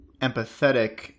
empathetic